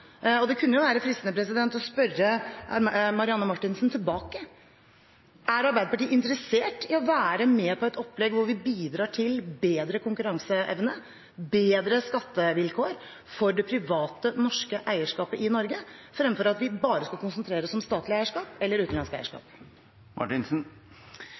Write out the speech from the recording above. Det kunne være fristende å spørre Marianne Marthinsen tilbake: Er Arbeiderpartiet interessert i å være med på et opplegg hvor vi bidrar til bedre konkurranseevne og bedre skattevilkår for det private norske eierskapet i Norge, fremfor at vi bare skal konsentrere oss om statlig eierskap eller utenlandsk